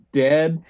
dead